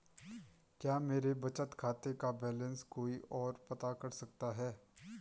क्या मेरे बचत खाते का बैलेंस कोई ओर पता कर सकता है?